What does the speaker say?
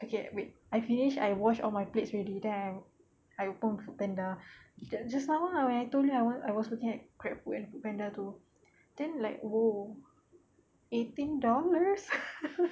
okay wait I finish I wash all my plates already then I open foodpanda just now ah I was I was looking at GrabFood and foodpanda tu then like !whoa! eighteen dollars